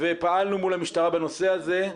ופעלנו מול המשטרה בנושא הזה,